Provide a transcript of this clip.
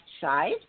side